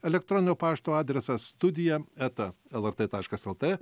elektroninio pašto adresas studija eta lrt taškas lt